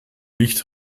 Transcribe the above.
nicht